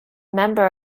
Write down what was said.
member